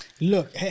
Look